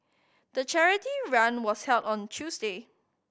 the charity run was held on Tuesday